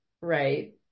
Right